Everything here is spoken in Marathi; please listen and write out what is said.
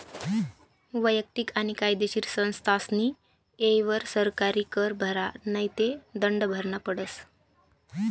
वैयक्तिक आणि कायदेशीर संस्थास्नी येयवर सरकारी कर भरा नै ते दंड भरना पडस